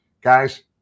guys